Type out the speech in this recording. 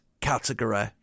category